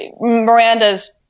Miranda's